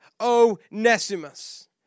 Onesimus